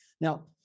Now